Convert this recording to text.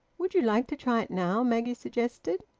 would you like to try it now? maggie suggested.